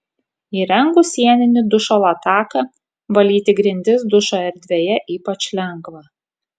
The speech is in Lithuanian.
įrengus sieninį dušo lataką valyti grindis dušo erdvėje ypač lengva